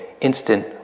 instant